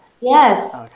Yes